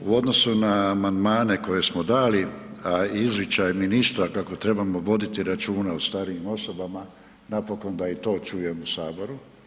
U odnosu na amandmane koje smo dali, a izričaj ministra kako trebamo voditi računa o starijim osobama, napokon da i to čujem u Saboru.